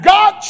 God